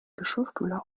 geschirrspüler